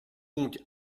donc